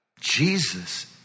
Jesus